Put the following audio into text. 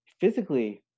physically